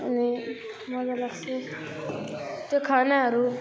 अनि मजा लाग्छ त्यो खानाहरू